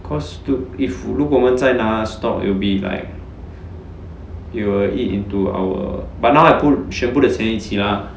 cause to if 如果我们再拿 stock it would be like it will eat into our but now I put 全部的钱一起 lah